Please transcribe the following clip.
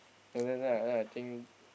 then then then I I think